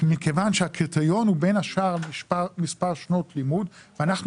מכיוון שהקריטריון הוא בין השאר מספר שנות לימוד ואנחנו